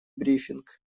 брифинг